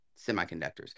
semiconductors